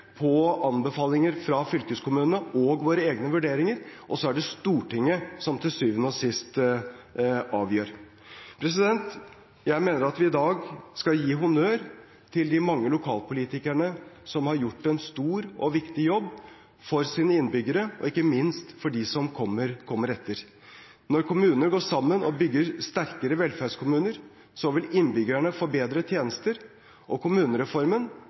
på anbefalinger fra fylkeskommunene og våre egne vurderinger, og så er det Stortinget som til syvende og sist avgjør. Jeg mener at vi i dag skal gi honnør til de mange lokalpolitikerne som har gjort en stor og viktig jobb for sine innbyggere og ikke minst for dem som kommer etter. Når kommunene går sammen og bygger sterkere velferdskommuner, vil innbyggerne få bedre tjenester. Kommunereformen kommer til å fortsette. Det er flere feil i Aftenpostens artikkel, bl.a. at kommunereformen